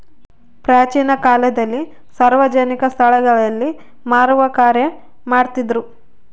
ಪ್ರಾಚೀನ ಕಾಲದಲ್ಲಿ ಸಾರ್ವಜನಿಕ ಸ್ಟಳಗಳಲ್ಲಿ ಮಾರುವ ಕಾರ್ಯ ಮಾಡ್ತಿದ್ರು